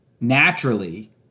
naturally